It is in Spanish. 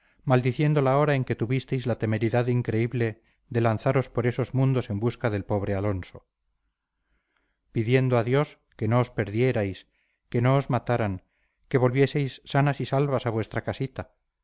maldiciendo la hora en que tuvisteis la temeridad increíble de lanzaros por esos mundos en busca del pobre alonso pidiendo a dios que no os perdierais que no os mataran que volvieseis sanas y salvas a vuestra casita